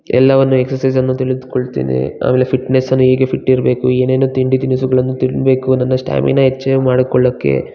ಎಲ್ಲವನ್ನು ಎಕ್ಸಸೈಸನ್ನು ತಿಳಿದ್ಕೊಳ್ತೇನೆ ಆಮೇಲೆ ಫಿಟ್ನೆಸ್ಸನ್ನು ಹೇಗೆ ಫಿಟ್ಟಿರಬೇಕು ಏನೇನು ತಿಂಡಿ ತಿನಿಸುಗಳನ್ನು ತಿನ್ಬೇಕು ನನ್ನ ಸ್ಟ್ಯಾಮಿನ ಹೆಚ್ಚು ಮಾಡಿಕೊಳ್ಳೋಕ್ಕೆ